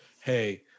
hey